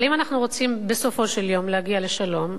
אבל אם אנחנו רוצים בסופו של יום להגיע לשלום,